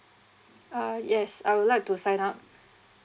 uh yes I would like to sign up